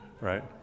right